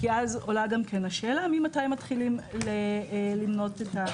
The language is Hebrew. כי אז עולה גם השאלה ממתי מתחילים למנות את הימים?